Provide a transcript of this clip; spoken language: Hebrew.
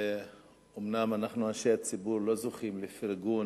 אומנם אנחנו, אנשי הציבור, לא זוכים לפרגון